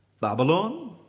Babylon